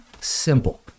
simple